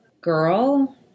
girl